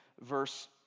verse